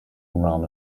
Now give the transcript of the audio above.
ran